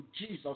Jesus